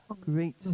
Great